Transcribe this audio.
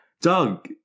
Doug